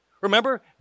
Remember